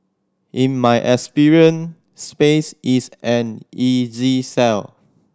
in my experience space is an easy sell